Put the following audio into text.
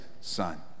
son